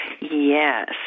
Yes